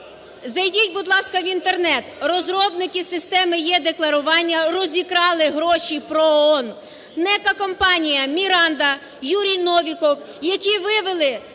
зайдіть, будь ласка, в Інтернет. Розробники системи е-декларування розікрали гроші ПРОООН. Некая компанія "Міранда", Юрій Новіков, які вивели